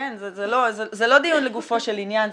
זה לא דיון לגופו של עניין,